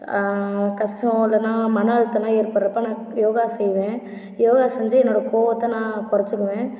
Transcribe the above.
கஷ்டம் இல்லைன்னா மன அழுத்தமெலாம் ஏற்படுறப்ப நான் யோகா செய்வேன் யோகா செஞ்சு என்னோடைய கோபத்தை நான் குறச்சிக்கவேன்